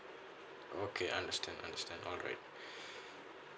okay understand understand alright